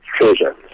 treasure